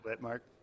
Mark